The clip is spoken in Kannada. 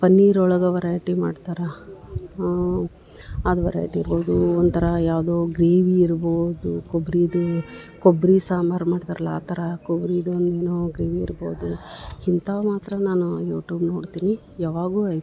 ಪನ್ನೀರ್ ಒಳಗೆ ವರೈಟಿ ಮಾಡ್ತರ ಅದು ವೆರೈಟಿ ಇರ್ಬೋದು ಒಂಥರ ಯಾವುದೋ ಗ್ರೇವಿ ಇರ್ಬೋದು ಕೊಬ್ಬರೀದು ಕೊಬ್ಬರಿ ಸಾಂಬಾರು ಮಾಡ್ತರಲ್ಲಾ ಆ ಥರ ಕೊಬ್ಬರೀದು ಒಂದು ಏನೋ ಗ್ರೇವಿ ಇರ್ಬೋದು ಇಂತವು ಮಾತ್ರ ನಾನು ಯೂಟೂಬ್ ನೋಡ್ತೀನಿ ಯಾವಾಗು ಆಯಿತು